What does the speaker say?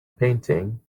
painting